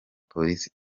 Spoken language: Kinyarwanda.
polisi